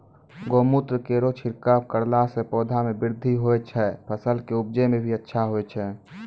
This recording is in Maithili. गौमूत्र केरो छिड़काव करला से पौधा मे बृद्धि होय छै फसल के उपजे भी अच्छा होय छै?